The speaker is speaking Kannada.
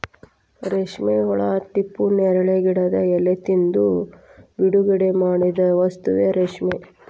ರೇಶ್ಮೆ ಹುಳಾ ಹಿಪ್ಪುನೇರಳೆ ಗಿಡದ ಎಲಿ ತಿಂದು ಬಿಡುಗಡಿಮಾಡಿದ ವಸ್ತುವೇ ರೇಶ್ಮೆ